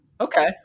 Okay